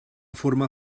forma